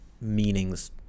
meanings